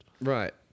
right